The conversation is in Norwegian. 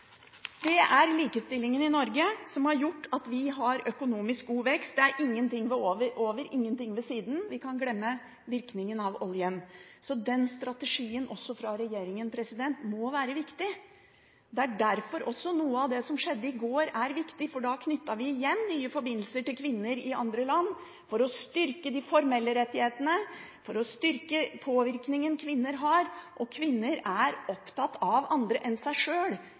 Det er likestillingen i Norge som har gjort at vi har god økonomisk vekst. Det er ingenting over, ingenting ved siden av – vi kan glemme virkningen av oljen. Den strategien fra regjeringen må være viktig. Det er derfor noe av det som skjedde i går, også er viktig. Da knyttet vi igjen nye forbindelser til kvinner i andre land for å styrke de formelle rettighetene og for å styrke påvirkningen kvinner har. Kvinner er opptatt av andre enn seg sjøl.